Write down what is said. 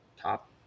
top